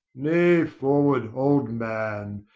nay, forward, old man,